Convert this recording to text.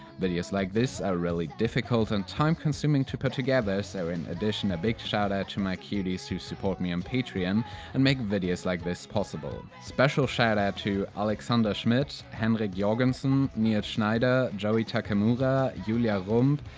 videos like this are really difficult and time-consuming to put together, so in addition a big shoutout to my cuties who support me on patreon and make videos like this possible. special shoutout to alexander schmidt, henrik jorgensen, nils schneider, joey takemura, and julia rump,